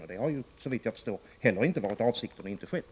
Och det har, såvitt jag förstår, inte heller varit avsikten och inte skett.